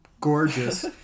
gorgeous